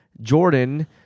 Jordan